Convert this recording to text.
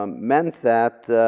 um meant that